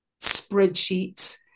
spreadsheets